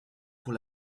pour